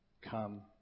come